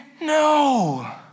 No